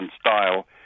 style